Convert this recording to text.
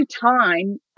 time